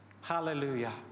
hallelujah